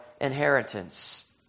inheritance